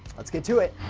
let's get to it.